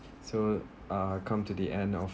so uh come to the end of